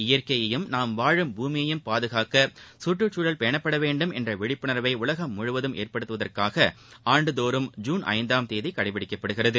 இயற்கையையும் நாம் வாழும் பூமியையும் பாதுகாக்க கற்றுச்சூழல் பேணப்பட வேண்டும் என்ற விழிப்புணா்வை உலகம் முழுவதும் ஏற்படுத்தவதற்காக ஆண்டுதோறும் ஐூன் ஐந்தாம் தேதி கடைபிடிக்கப்படுகிறது